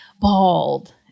Bald